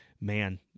man